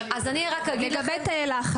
רק אגיד לכם: